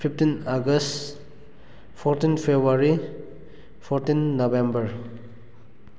fifteen August fourteen February fourteen November